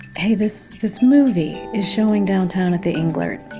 hey, this this movie is showing downtown at the englert,